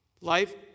Life